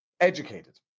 educated